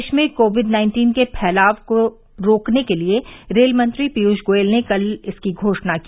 देश में COVID nineteen के फैलाव को रोकने के लिए रेल मंत्री पीयूष गोयल ने कल इसकी घोषणा की